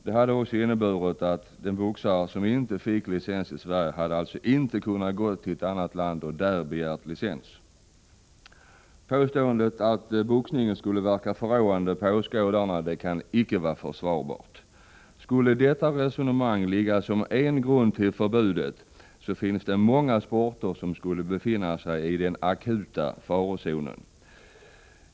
Det hade också inneburit att en boxare som inte fått licens i Sverige inte hade kunnat erhålla en sådan i ett annat land. Påståendet att boxningen skulle verka förråande på åskådarna kan icke vara försvarbart. Skulle detta resonemang ligga som en grund till förbudet, finns det många sporter som skulle befinna sig i den akuta farozonen.